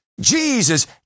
Jesus